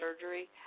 surgery